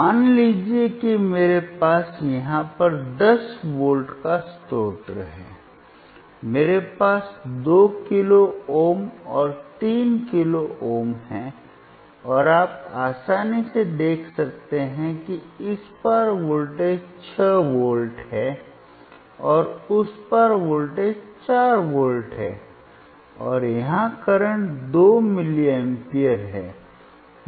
मान लीजिए कि मेरे पास यहाँ पर दस वोल्ट का स्रोत है मेरे पास दो किलो ओम और तीन किलो ओम है और आप आसानी से देख सकते हैं कि इस पार वोल्टेज छह वोल्ट है और उस पार वोल्टेज चार वोल्ट है और यहां करंट दो मिली एम्पीयर है